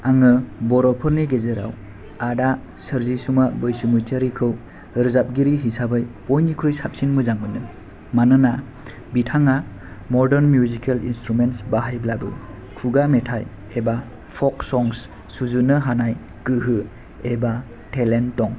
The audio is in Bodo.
आङो बर'फोरनि गेजेराव आदा सोरजिसुमा बैसुमुतियारिखौ रोजाबगिरि हिसाबै बयनिख्रुइ साबसिन मोजां मोनो मानोना बिथाङा मर्दान मिउजिकेल इन्सथ्रुमेन्स बाहायब्लाबो खुगा मेथाइ एबा फक संस सुजुनो हानाय गोहो एबा टेलेन्ट दं